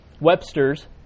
Webster's